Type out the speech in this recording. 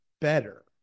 better